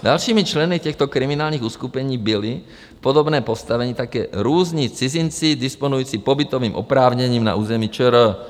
Dalšími členy těchto kriminálních uskupení byli v podobném postavení také různí cizinci disponující pobytovým oprávněním na území ČR.